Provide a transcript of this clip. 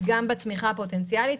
גם בצמיחה הפוטנציאלית,